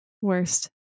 worst